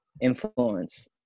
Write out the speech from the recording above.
influence